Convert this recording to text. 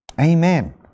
Amen